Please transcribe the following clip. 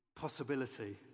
possibility